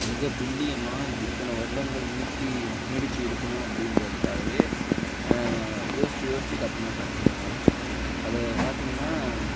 மிகத் துல்லியமாக இது இத்தனை வருடங்கள் நீட்டி நீடிச்சு இருக்கணும் அப்படின்றதுக்காகவே யோசிச்சு யோசிச்சு கட்டுன கட்டடக்கலை அதை பார்த்தீங்கன்னா